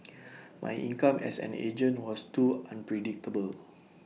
my income as an agent was too unpredictable